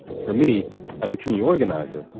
for me as a community organizer,